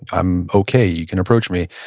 i'm okay, you can approach me.